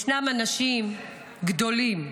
ישנם אנשים גדולים,